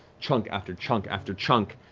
chunk after chunk after chunk.